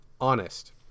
honest